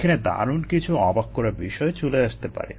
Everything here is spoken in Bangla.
এখানে দারুণ কিছু অবাক করা বিষয় চলে আসতে পারে